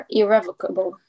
irrevocable